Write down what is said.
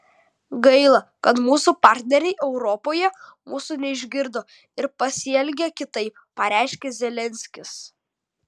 gaila kad mūsų partneriai europoje mūsų neišgirdo ir pasielgė kitaip pareiškė zelenskis